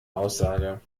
aussage